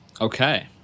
Okay